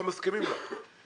לא מסכימים לה.